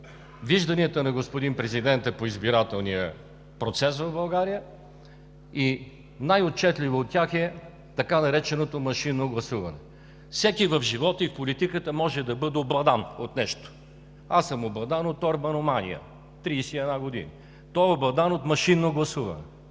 вижданията на господин президента, по избирателния процес в България и най-отчетливо от тях е така нареченото „машинно гласуване“. Всеки в живота и в политиката може да бъде обладан от нещо. Аз съм обладан от орбаномания – 31 години. Той е обладан от машинно гласуване.